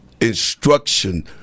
instruction